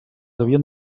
havien